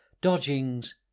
dodgings